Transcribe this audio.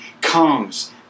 comes